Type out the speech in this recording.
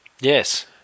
Yes